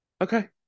Okay